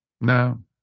no